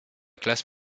classe